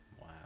Wow